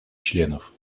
членов